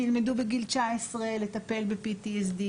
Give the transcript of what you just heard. שילמדו בגיל 19 לטפל ב-PTSD.